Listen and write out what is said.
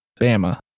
Bama